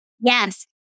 Yes